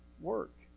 work